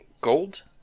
gold